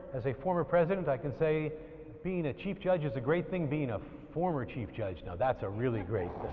as a former president, i can say being a chief judge is a great thing being a former chief judge now that's a really great